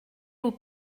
aux